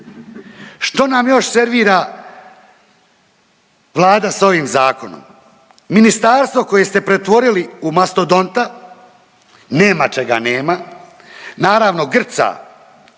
Što nam još servira Vlada s ovim Zakonom? Ministarstvo koje ste pretvorili u mastodonta, nema čega nema, naravno, grca,